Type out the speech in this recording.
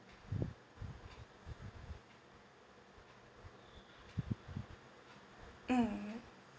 mm